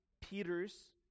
Peter's